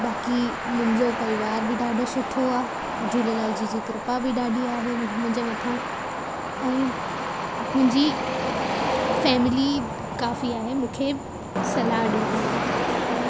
बाक़ी मुंहिंजो परिवार बि ॾाढो सुठो आहे ऐं झूलेलाल जी जी किरपा बि ॾाढी आहे मुंहिंजे मथां ऐं मुंहिंजी फैमिली काफ़ी आहे मूंखे सलाह ॾियण लाइ